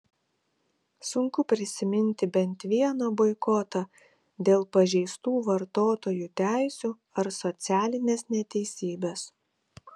sunku prisiminti bent vieną boikotą dėl pažeistų vartotojų teisių ar socialinės neteisybės